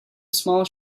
small